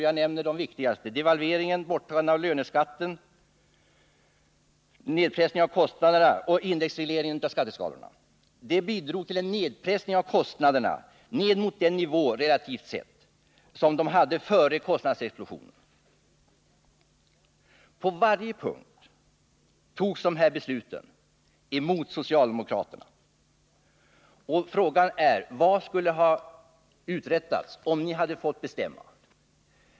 Jag nämner de viktigaste: devalveringen, borttagandet av löneskatten, och indexregleringen av skatteskalorna. Detta bidrog till en nedpressning av kostnaderna ned mot den nivå relativt sett som de hade före kostnadsexplosionen. På varje punkt fattades dessa beslut mot socialdemokraternas vilja. Frågan är: Vad skulle ha uträttats om ni hade fått bestämma?